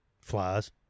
flies